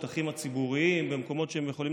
בשטחים הציבוריים ובמקומות שאליהם הם יכולים